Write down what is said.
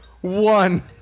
One